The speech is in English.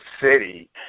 City